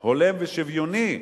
הולם ושוויוני,